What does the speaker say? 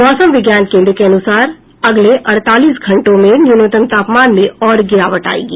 मौसम विज्ञान कोन्द्र के अनुसार अगले अड़तालीस घंटों में न्यूनतम तापमान में और गिरावट आयेगी